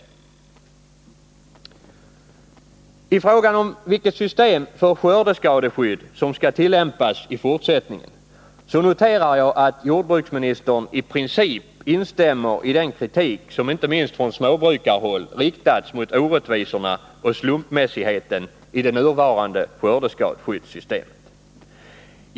När det gäller vilket system för skördeskadeskydd som i fortsättningen skall tillämpas noterar jag att jordbruksministern i princip instämmer i den kritik som inte minst från småbrukarhåll riktats mot orättvisorna och slumpmässigheten i det nuvarande skördeskadeskyddssystemet.